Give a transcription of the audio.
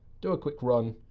do a quick run,